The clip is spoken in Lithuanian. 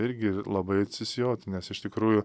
irgi labai atsisijot nes iš tikrųjų